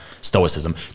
Stoicism